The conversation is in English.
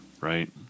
right